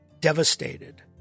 devastated